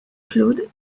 claude